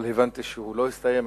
אבל הבנתי שהוא לא הסתיים,